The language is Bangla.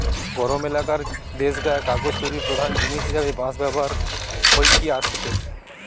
গরম এলাকার দেশগায় কাগজ তৈরির প্রধান জিনিস হিসাবে বাঁশ ব্যবহার হইকি আসেটে